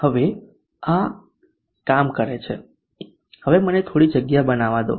હવે આ કામ કરે છે હવે મને થોડી જગ્યા બનાવવા દો